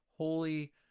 Holy